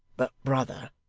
but, brother,